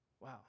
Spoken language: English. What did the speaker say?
Wow